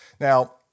Now